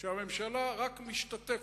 שהממשלה רק משתתפת.